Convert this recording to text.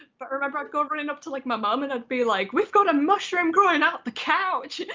but remember i'd go running up to like my mom and i'd be like, we've got a mushroom growing out the couch!